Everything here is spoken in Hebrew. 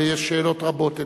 ויש שאלות רבות אליך.